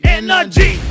energy